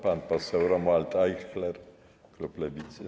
Pan poseł Romuald Ajchler, klub Lewicy.